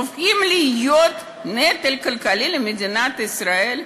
הופכים להיות לנטל על מדינת ישראל,